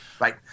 right